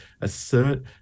Assert